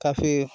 काफी